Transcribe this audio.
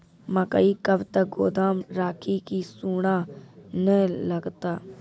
मकई कब तक गोदाम राखि की सूड़ा न लगता?